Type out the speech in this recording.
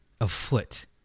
afoot